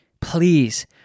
please